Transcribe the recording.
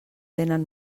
tenen